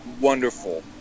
wonderful